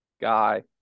guy